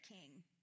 king